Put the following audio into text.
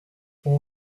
pour